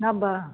नब्बे